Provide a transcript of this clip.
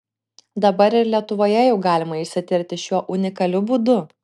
dabar ir lietuvoje jau galima išsitirti šiuo unikaliu būdu